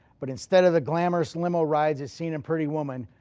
but instead of the glamorous limo rides as seen in pretty woman,